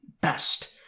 best